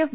F